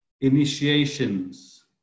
initiations